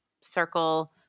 circle